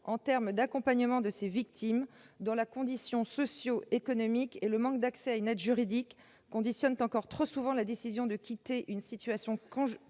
en termes d'accompagnement de ces victimes dont la condition socio-économique et le manque d'accès à une aide juridique conditionnent encore trop souvent la décision de quitter une situation conjugale